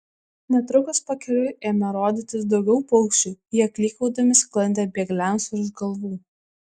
netrukus pakeliui ėmė rodytis daugiau paukščių jie klykaudami sklandė bėgliams virš galvų